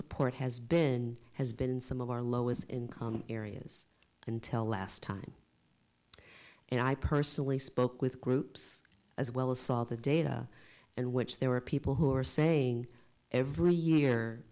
support has been has been in some of our lowest income areas until last time and i personally spoke with groups as well as saw the data and which there were people who are saying every year